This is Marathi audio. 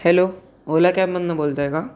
हॅलो ओला कॅबमधनं बोलत आहे का